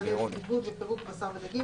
מפעלי עיבוד ופירוק בשר ודגים,